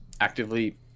actively